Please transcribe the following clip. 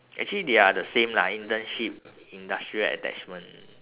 actually they are the same lah internship industrial attachment